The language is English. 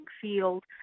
field